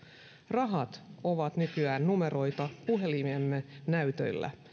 rahat ovat nykyään numeroita puhelimemme näytöllä